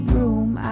room